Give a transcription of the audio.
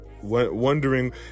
wondering